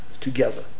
together